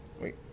Wait